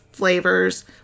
flavors